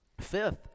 Fifth